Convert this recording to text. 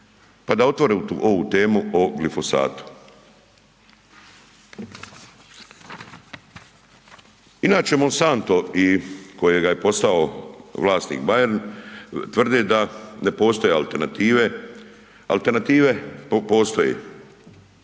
pa da otvore ovu temu o glifosatu. Inače, Monsanto i kojega je postao vlasnik Bayer, tvrde da ne postoje alternative. Alternative postoje.